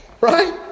Right